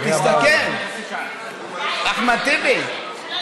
אחמד טיבי,